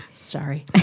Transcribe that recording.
Sorry